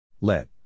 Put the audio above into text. Let